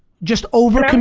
just over, and